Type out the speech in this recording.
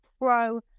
pro